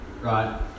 right